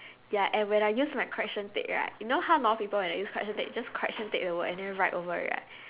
ya and when I use my correction tape right you know how normal people when they use correction tape just correction tape the word and write over it right